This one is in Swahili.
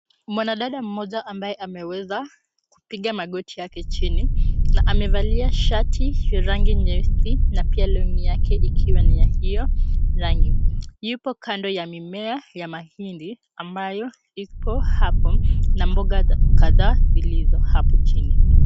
Mwanadada mmoja ambaye ameweza kupiga magoti yake chini na amevalia shati ya rangi nyeusi na pia longi yake ikiwa ni ya hiyo rangi. Yupo kando ya mimea ya mahindi ambayo ipo hapo na mboga kadhaa zilizo hapo chini.